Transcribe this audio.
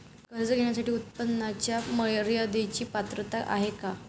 कर्ज घेण्यासाठी उत्पन्नाच्या मर्यदेची पात्रता आहे का?